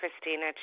Christina